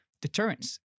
deterrence